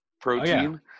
protein